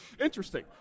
Interesting